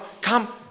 come